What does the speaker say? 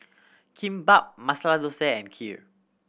Kimbap Masala Dosa and Kheer